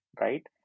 right